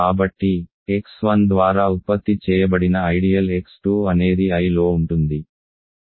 కాబట్టి x1 ద్వారా ఉత్పత్తి చేయబడిన ఐడియల్ x2 అనేది Iలో ఉంటుంది